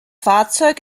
fahrzeug